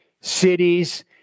cities